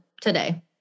today